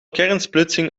kernsplitsing